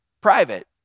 private